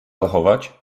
zachować